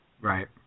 right